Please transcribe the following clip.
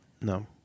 No